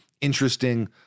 interesting